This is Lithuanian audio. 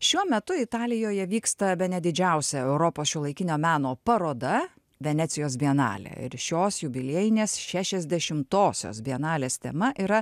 šiuo metu italijoje vyksta bene didžiausia europos šiuolaikinio meno paroda venecijos bienalė ir šios jubiliejinės šešiasdešimtosios bienalės tema yra